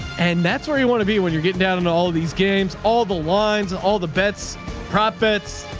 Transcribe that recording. and that's where you want to be. when you're getting down into all of these games, all the lines, and all the bets profits,